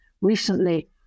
recently